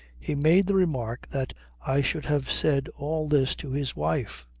he made the remark that i should have said all this to his wife.